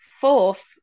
Fourth